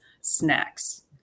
snacks